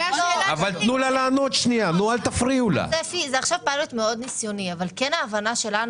זה עכשיו פיילוט מאוד ניסיוני אבל ההבנה שלנו